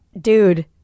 dude